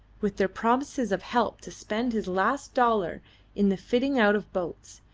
with their promises of help, to spend his last dollar in the fitting out of boats,